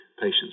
patients